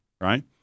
right